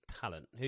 talent